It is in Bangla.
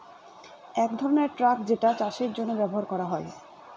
এক ধরনের ট্রাক যেটা চাষের জন্য ব্যবহার করা হয়